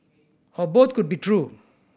or both could be true